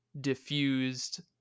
diffused